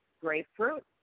Grapefruit